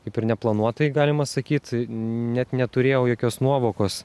kaip ir neplanuotai galima sakyt net neturėjau jokios nuovokos